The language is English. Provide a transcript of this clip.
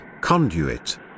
conduit